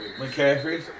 McCaffrey